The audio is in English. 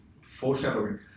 foreshadowing